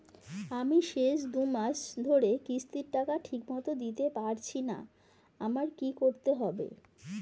আমি শেষ দুমাস ধরে কিস্তির টাকা ঠিকমতো দিতে পারছিনা আমার কি করতে হবে?